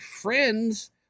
friends